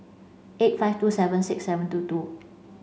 eight five two seven six seven two two